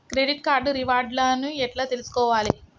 Credit card reward లను ఎట్ల తెలుసుకోవాలే?